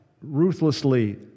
ruthlessly